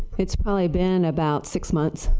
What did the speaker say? it is probably been about six month.